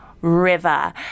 river